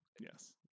Yes